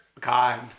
god